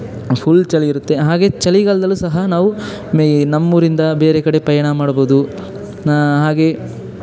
full ಚಳಿ ಇರುತ್ತೆ ಹಾಗೆ ಚಳಿಗಾಲ್ದಲ್ಲೂ ಸಹ ನಾವು ಮೇ ನಮ್ಮೂರರಿಂದ ಬೇರೆ ಕಡೆ ಪಯಣ ಮಾಡ್ಬಹುದು ಹಾಗೆಯೇ